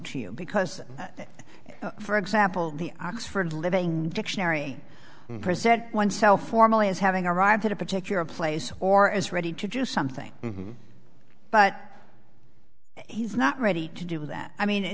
to you because for example the oxford living dictionary preset oneself formally as having arrived at a particular place or is ready to do something but he's not ready to do that i mean